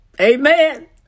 Amen